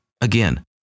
again